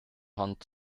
hunt